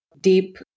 deep